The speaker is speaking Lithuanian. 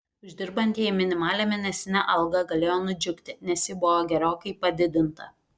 uždirbantieji minimalią mėnesinę algą galėjo nudžiugti nes ji buvo gerokai padidinta